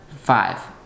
five